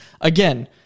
Again